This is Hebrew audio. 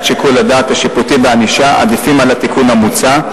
שיקול הדעת השיפוטי בענישה עדיפים על התיקון המוצע,